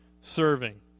serving